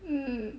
mmhmm